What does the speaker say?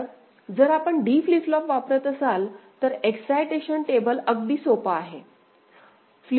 तर जर आपण D फ्लिप फ्लॉप वापरत असाल तर एक्साईटेशन टेबल अगदी सोपा आहे